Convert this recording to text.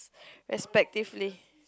respectively